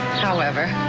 however.